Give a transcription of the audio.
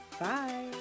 Bye